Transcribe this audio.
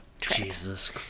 Jesus